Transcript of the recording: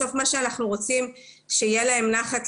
בסוף מה שאנחנו רוצים שיהיה להם נחת.